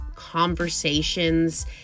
conversations